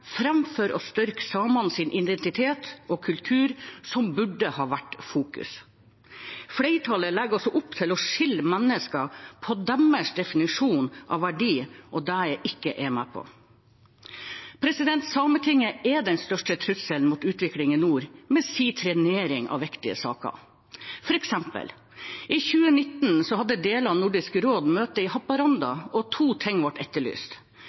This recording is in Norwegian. å styrke samenes identitet og kultur, som burde ha vært i fokus. Flertallet legger altså opp til å skille mennesker etter deres definisjon av verdi, og det er ikke jeg med på. Sametinget er den største trusselen mot utvikling i nord, med sin trenering av viktige saker. For eksempel hadde deler av Nordisk råd et møte i Haparanda i 2019, og to ting ble etterlyst: